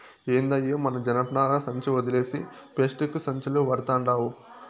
ఏందయ్యో మన జనపనార సంచి ఒదిలేసి పేస్టిక్కు సంచులు వడతండావ్